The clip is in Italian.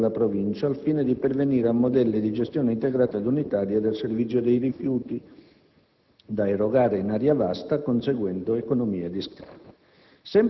con quella della Provincia, al fine di pervenire a modelli di gestione integrata ed unitaria del servizio dei rifiuti, da erogare in area vasta, conseguendo economie di scala.